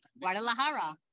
Guadalajara